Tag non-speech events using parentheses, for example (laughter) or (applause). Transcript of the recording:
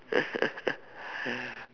(laughs)